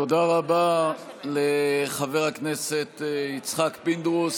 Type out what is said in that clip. תודה רבה לחבר הכנסת יצחק פינדרוס.